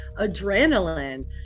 adrenaline